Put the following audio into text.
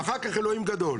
אחר כך אלוהים גדול.